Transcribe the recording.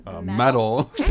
metal